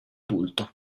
adulto